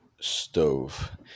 stove